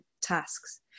tasks